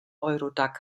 eurodac